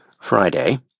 Friday